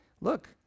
look